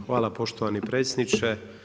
Hvala poštovani predsjedniče.